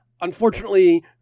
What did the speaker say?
unfortunately